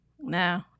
No